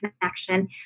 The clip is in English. connection